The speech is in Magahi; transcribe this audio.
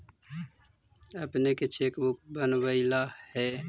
अपने के चेक बुक बनवइला हे